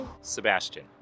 Sebastian